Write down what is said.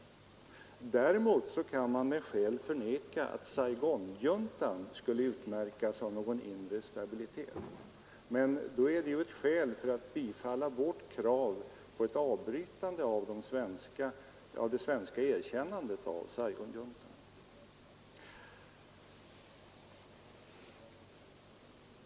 Däremot kan man med skäl förneka att Saigonjuntan skulle utmärkas av någon inre stabilitet. Men då är det ju en anledning till att bifalla vårt krav på ett avbrytande av det svenska erkännandet av Saigonjuntan.